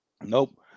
Nope